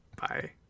Bye